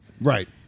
Right